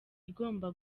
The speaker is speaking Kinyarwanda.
igomba